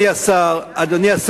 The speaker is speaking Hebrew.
אסביר אחר כך.